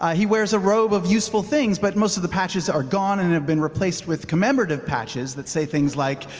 ah he wears a robe of useful things, but most of the patches are gone and have been replaced with commemorative patches that say things like,